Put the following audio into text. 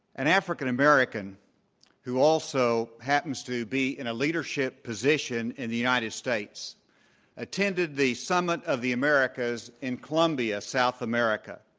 an african-american who also happens to be in a leadership position in the united states attended the summit of the americas in colombia, south america.